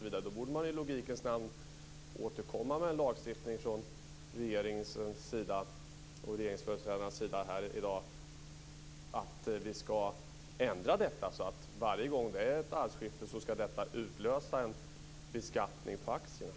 Man borde i logikens namn återkomma med en lagstiftning från regeringens företrädare om att vi skall ändra detta, så att varje gång det är ett arvsskifte skall detta utlösa en beskattning av aktierna.